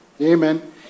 Amen